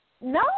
No